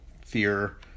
fear